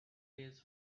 days